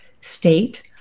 state